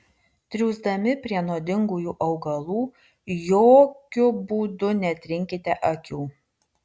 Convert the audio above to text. triūsdami prie nuodingųjų augalų jokiu būdu netrinkite akių